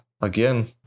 again